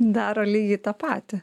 daro lygiai tą patį